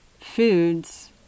foods